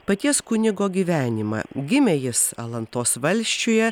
paties kunigo gyvenimą gimė jis alantos valsčiuje